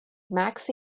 maxi